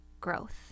growth